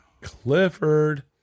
Clifford